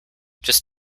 just